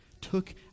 took